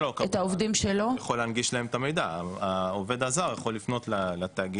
העובד הזר יכול לפנות לתאגיד לצורך העניין והוא יכול לקבל את המידע,